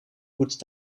goed